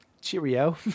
Cheerio